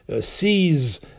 sees